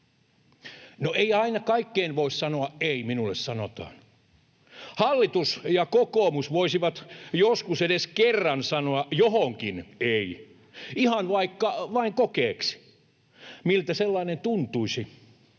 ”No, ei aina kaikkeen voi sanoa ’ei’”, minulle sanotaan. Hallitus ja kokoomus voisivat joskus edes kerran sanoa johonkin ”ei”, ihan vaikka vain kokeeksi. Miltä sellainen tuntuisi?